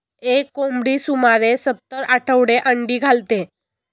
एक कोंबडी सुमारे सत्तर आठवडे अंडी घालते